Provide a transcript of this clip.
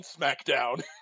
SmackDown